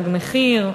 תג מחיר,